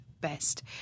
best